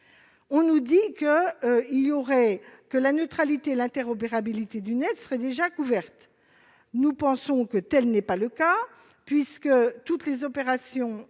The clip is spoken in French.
On nous oppose que la neutralité et l'interopérabilité du Net seraient déjà couvertes. Nous pensons que tel n'est pas le cas, puisque les opérations